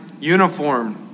uniform